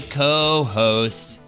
co-host